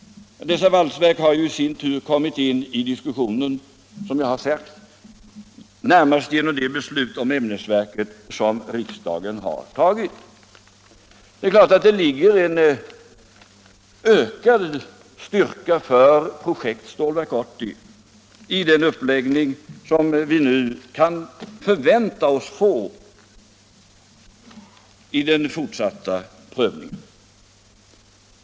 Dessa valsverk har i sin tur kommit in i diskussionen, närmast genom det beslut om ämnesverket som riksdagen har fattat. Det är klart att det ligger en ökad styrka för projektet Stålverk 80 i den uppläggning som vi kan vänta oss under den fortsatta prövningen.